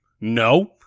No